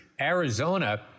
Arizona